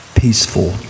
peaceful